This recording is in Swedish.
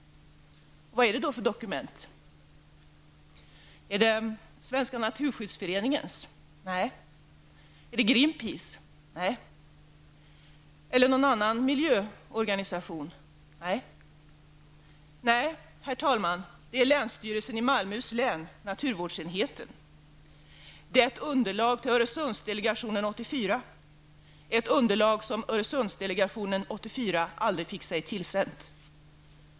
Vad är det då för dokument? Är det, Svenska naturskyddsföreningens? Nej, är det ett dokument från Greanpeace eller någon annan miljöorganisation? Nej, herr talman, det är från länsstyrelsen i Malmöhus län, naturvårdsenheten. Det är ett underlag till Öresundsdelegationen 84, ett underlag som Öresundsdelegationen-84 aldrig fick sig tillsänt.